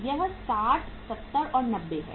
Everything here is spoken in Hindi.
यह 60 70 और 90 है